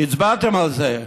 הצבעתם על זה,